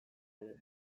ere